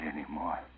anymore